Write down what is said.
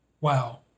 wow